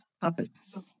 puppets